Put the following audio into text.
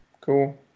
cool